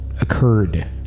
occurred